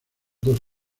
dos